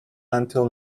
until